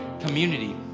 community